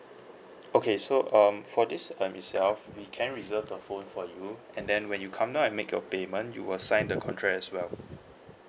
okay so um for this um itself we can reserve the phone for you and then when you come down and make your payment you will sign the contract as well